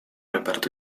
reparto